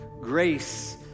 Grace